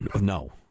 No